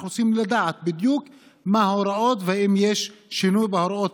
אנחנו רוצים לדעת בדיוק מה ההוראות ואם יש שינוי בהוראות,